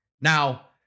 Now